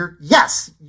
Yes